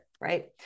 right